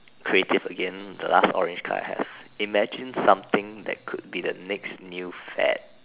creative again the last orange card I have imagine some thing that can be next new fad